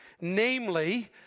namely